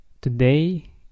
today